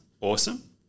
awesome